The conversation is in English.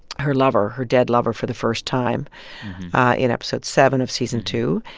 her lover her dead lover for the first time in episode seven of season two,